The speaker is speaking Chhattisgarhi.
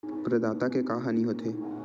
प्रदाता के का हानि हो थे?